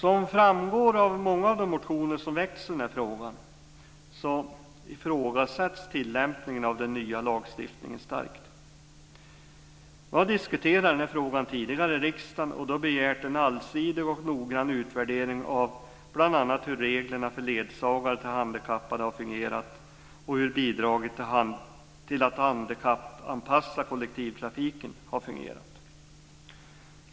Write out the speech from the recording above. Som framgår av många av de motioner som väckts i den här frågan så ifrågasätts tillämpningen av den nya lagstiftningen starkt.